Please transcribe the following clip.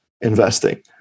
investing